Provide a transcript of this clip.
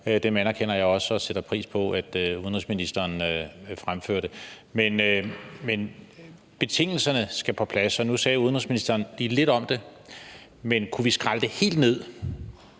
Dem anerkender jeg også og sætter pris på at udenrigsministeren fremførte. Men betingelserne skal på plads, og nu sagde udenrigsministeren lige lidt om det. Men kunne vi skrælle det helt ned